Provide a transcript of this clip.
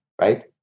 right